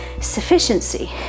sufficiency